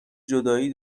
جدایی